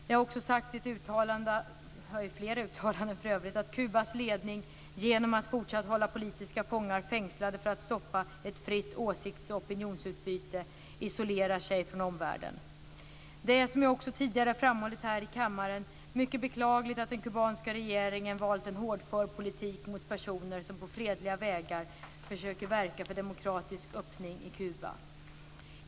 Jag har också sagt i flera uttalanden att Kubas ledning, genom att fortsatt hålla politiska fångar fängslade för att stoppa ett fritt åsikts och opinionsutbyte, isolerar sig från omvärlden. Det är, som jag också tidigare framhållit här i kammaren, mycket beklagligt att den kubanska regeringen valt en hårdför politik mot personer som på fredliga vägar försöker verka för demokratisk öppning i Kuba.